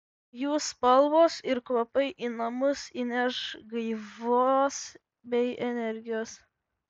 jų spalvos ir kvapai į namus įneš gaivos bei energijos